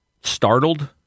startled